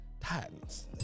Titans